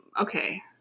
okay